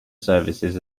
services